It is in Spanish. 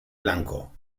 blanco